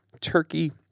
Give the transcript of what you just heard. turkey